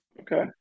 Okay